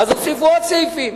אז הוסיפו עוד סעיפים,